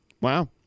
Wow